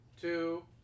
two